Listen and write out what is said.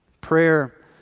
Prayer